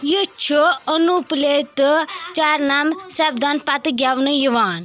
یہِ چھُ انوٗپلے تہٕ چرنم سپدنہٕ پتہٕ گٮ۪ونہٕ یِوان